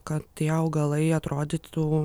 kad tie augalai atrodytų